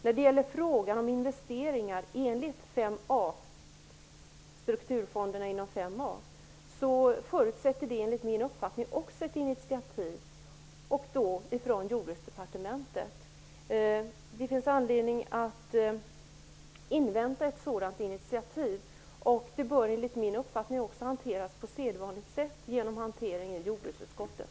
När det gäller frågan om investeringar enligt strukturfonderna inom 5a förutsätter det enligt min uppfattning ett initiativ från Jordbruksdepartementet. Det finns anledning att invänta ett sådant initiativ, och det bör enligt min uppfattning hanteras på sedvanligt sätt genom hantering i jordbruksutskottet.